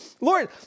Lord